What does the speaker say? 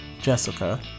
Jessica